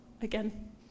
again